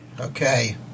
Okay